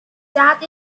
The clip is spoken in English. that